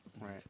Right